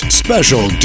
special